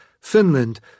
Finland